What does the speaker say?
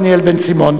דניאל בן-סימון.